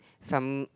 some